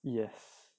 yes